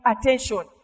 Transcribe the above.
attention